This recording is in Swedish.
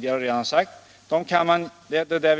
Det